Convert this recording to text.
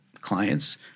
clients